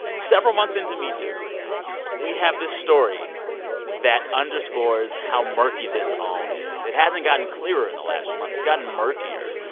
several months into metoo, we have this story that underscores how murky this all is. it hasn't gotten clearer in the last few months. it's gotten murkier.